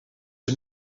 een